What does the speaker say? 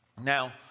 Now